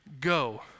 go